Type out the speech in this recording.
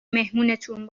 مهمونتون